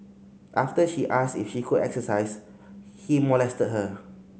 after she asked if she could exercise he molested her